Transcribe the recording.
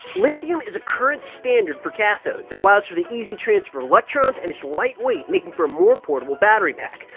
lithium is a current standard for cathodes it allows for the easy transfer of electrons and it's lightweight making for a more portable battery pack.